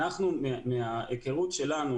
מההיכרות שלנו,